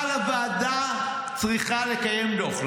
אבל הוועדה צריכה לקיים דוח.